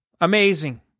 Amazing